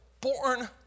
born